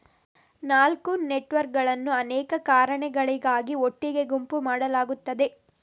ನಾಲ್ಕು ನೆಟ್ವರ್ಕುಗಳನ್ನು ಅನೇಕ ಕಾರಣಗಳಿಗಾಗಿ ಒಟ್ಟಿಗೆ ಗುಂಪು ಮಾಡಲಾಗುತ್ತದೆ